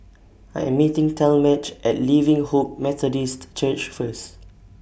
I Am meeting Talmadge At Living Hope Methodist Church First